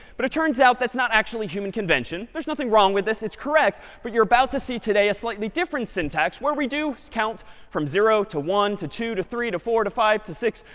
but it turns out that's not actually human convention. there's nothing wrong with this. it's correct but you're about to see today a slightly different syntax where we do count from zero to one, to two, to three, to four, to five, to six,